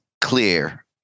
clear